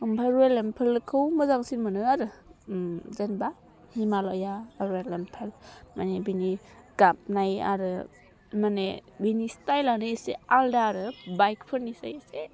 ओमफ्राय रयेल इनफिल्डखौ मोजांसिन मोनो आरो जेनेबा हिमालया रयेल इनफिल्ड माने बिनि गाबनाय आरो नुनायाव माने बिनि स्टाइलानो एसे आलदा आरो बाइकफोरनिसाइ एसे